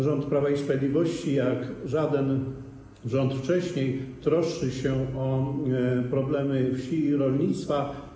Rząd Prawa i Sprawiedliwości jak żaden rząd wcześniej troszczy się o problemy wsi i rolnictwa.